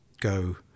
go